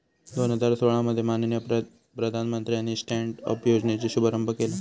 दोन हजार सोळा मध्ये माननीय प्रधानमंत्र्यानी स्टॅन्ड अप योजनेचो शुभारंभ केला